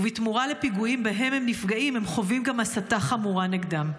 ובתמורה לפיגועים שבהם הם נפגעים הם חווים גם הסתה חמורה נגדם.